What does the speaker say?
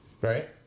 right